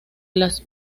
las